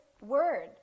word